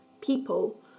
people